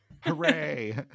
Hooray